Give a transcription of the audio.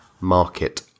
market